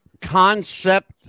concept